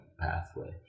pathway